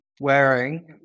wearing